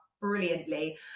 brilliantly